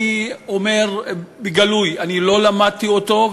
אני אומר בגלוי: אני לא למדתי אותו,